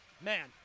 man